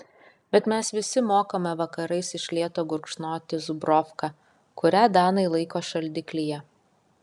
bet mes visi mokame vakarais iš lėto gurkšnoti zubrovką kurią danai laiko šaldiklyje